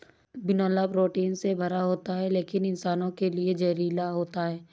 बिनौला प्रोटीन से भरा होता है लेकिन इंसानों के लिए जहरीला होता है